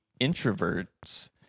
introverts